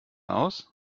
aus